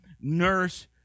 nurse